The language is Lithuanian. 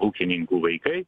ūkininkų vaikai